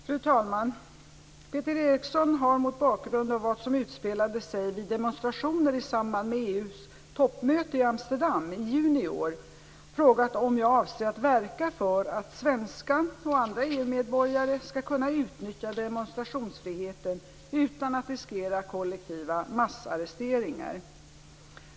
Fru talman! Peter Eriksson har mot bakgrund av vad som utspelade sig vid demonstrationer i samband med EU:s toppmöte i Amsterdam i juni i år frågat om jag avser att verka för att svenska och andra EU medborgare skall kunna utnyttja demonstrationsfriheten utan att riskera kollektiva massarresteringar.